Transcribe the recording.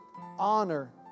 honor